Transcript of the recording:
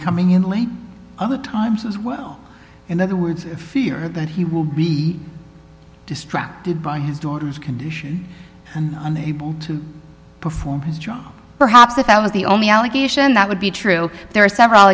coming in late other times as well in other words fear that he will be distracted by his daughter's condition and unable to perform his job perhaps if that was the only allegation that would be true there are several